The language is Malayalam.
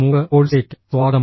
മൂക്ക് കോഴ്സിലേക്ക് സ്വാഗതം